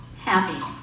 happy